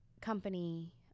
company